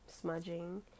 smudging